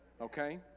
Okay